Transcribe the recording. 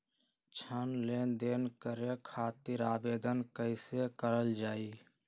ऋण लेनदेन करे खातीर आवेदन कइसे करल जाई?